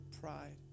pride